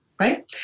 right